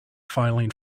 filing